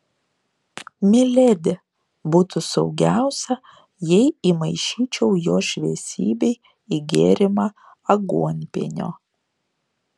miledi būtų saugiausia jei įmaišyčiau jo šviesybei į gėrimą aguonpienio